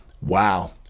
Wow